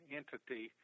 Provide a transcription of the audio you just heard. entity